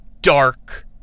dark